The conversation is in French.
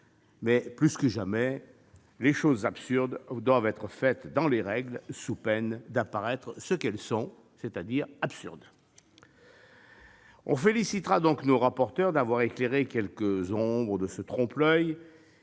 Plus que jamais, les choses absurdes doivent être faites dans les règles, sous peine d'apparaître pour ce qu'elles sont : absurdes. On félicitera donc nos rapporteurs d'avoir éclairé quelques ombres de ce trompe-l'oeil.